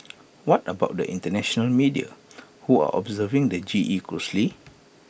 what about the International media who are observing the G E closely